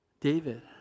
David